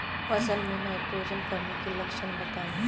फसल में नाइट्रोजन कमी के लक्षण बताइ?